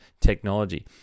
technology